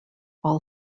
all